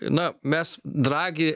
na mes dragi